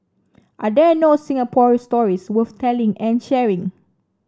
are there no Singapore stories worth telling and sharing